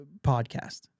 podcast